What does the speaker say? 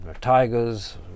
tigers